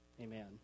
Amen